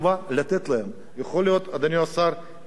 יכול להיות שאדוני השר ייתן את התשובה,